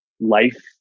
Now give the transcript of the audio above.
life